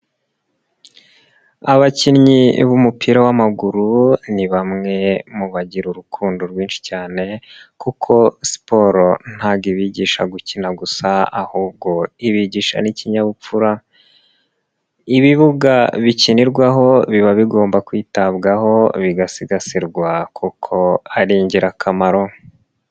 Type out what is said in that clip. Abakinnyi b'umupira w'amaguru ni bamwe mu bagira urukundo rwinshi cyane kuko siporo ntago bigisha gukina gusa ahubwo ibigisha n'ikinyabupfura. Ibibuga bikinirwaho biba bigomba kwitabwaho, bigasigasirwa kuko ari ingirakamaro.